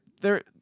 they're-